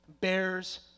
bears